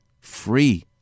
free